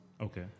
Okay